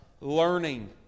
learning